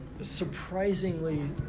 surprisingly